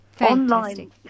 online